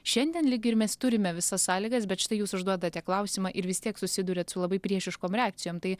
šiandien lyg ir mes turime visas sąlygas bet štai jūs užduodate klausimą ir vis tiek susiduriat su labai priešiškom reakcijom tai